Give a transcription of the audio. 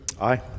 aye